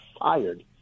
fired